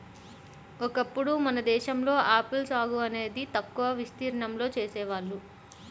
ఒకప్పుడు మన దేశంలో ఆపిల్ సాగు అనేది తక్కువ విస్తీర్ణంలో చేసేవాళ్ళు